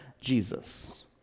Jesus